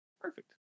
perfect